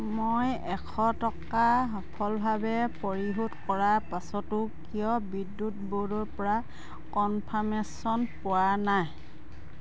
মই এশ টকা সফলভাৱে পৰিশোধ কৰাৰ পাছতো কিয় বিদ্যুৎ ব'ৰ্ডৰ পৰা কনফাৰ্মেচন পোৱা নাই